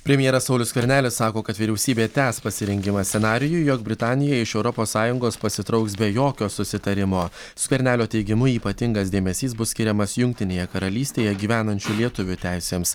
premjeras saulius skvernelis sako kad vyriausybė tęs pasirengimą scenarijui jog britanija iš europos sąjungos pasitrauks be jokio susitarimo skvernelio teigimu ypatingas dėmesys bus skiriamas jungtinėje karalystėje gyvenančių lietuvių teisėms